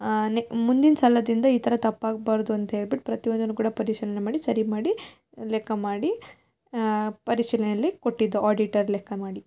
ನೆ ಮುಂದಿನ ಸಲದಿಂದ ಈ ಥರ ತಪ್ಪಾಗಬಾರ್ದು ಅಂತ್ಹೇಳ್ಬಿಟ್ಟು ಪ್ರತಿ ಒಂದನ್ನು ಕೂಡ ಪರಿಶೀಲನೆ ಮಾಡಿ ಸರಿ ಮಾಡಿ ಲೆಕ್ಕ ಮಾಡಿ ಪರಿಶೀಲನೆಯಲ್ಲಿ ಕೊಟ್ಟಿದ್ದೊ ಆಡಿಟರ್ ಲೆಕ್ಕ ಮಾಡಿ